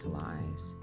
lies